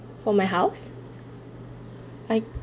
for my house I